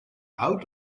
out